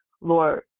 Lord